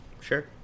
Sure